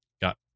Got